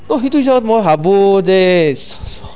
তো সেইটো হিচাপত মই ভাবোঁ যে